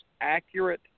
accurate